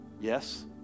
Yes